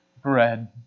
Bread